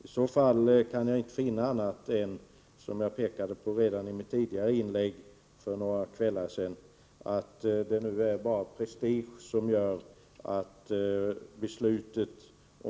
I så fall kan jag inte finna annat än, som jag pekade på redan i mitt tidigare inlägg för några kvällar sedan, att det nu är bara prestige som gör att beslutet om ett undantagande för valutautlänningar när det gäller omsättningsskatten på aktier fördröjs.